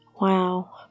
Wow